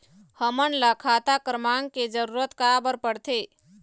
हमन ला खाता क्रमांक के जरूरत का बर पड़थे?